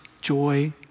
joy